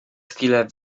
chwilę